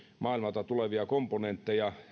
maailmalta tulevia komponentteja